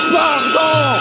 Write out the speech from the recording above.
pardon